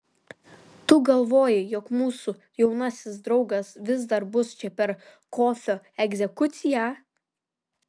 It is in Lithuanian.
tu galvoji jog mūsų jaunasis draugas vis dar bus čia per kofio egzekuciją